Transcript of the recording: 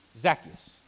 Zacchaeus